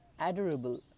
adorable